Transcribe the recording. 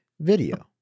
video